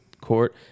court